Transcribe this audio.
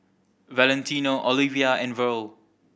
Valentino Oliva and Verl